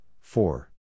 four